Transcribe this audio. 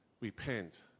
repent